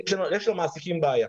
יש למעסיקים בעיה.